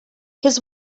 his